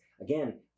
Again